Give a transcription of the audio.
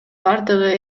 бардыгы